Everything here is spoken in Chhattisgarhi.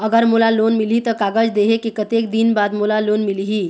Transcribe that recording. अगर मोला लोन मिलही त कागज देहे के कतेक दिन बाद मोला लोन मिलही?